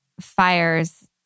fires